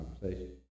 conversation